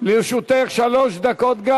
גם לרשותך שלוש דקות.